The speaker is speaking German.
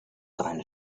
reine